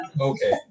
okay